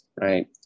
Right